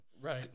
Right